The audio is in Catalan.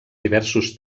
diversos